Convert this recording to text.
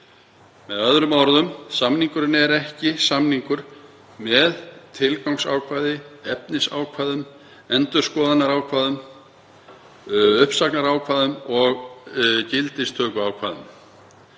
Með öðrum orðum: Samningurinn er ekki samningur með tilgangsákvæði, efnisákvæðum, endurskoðunarákvæðum, uppsagnarákvæðum og gildistökuákvæðum.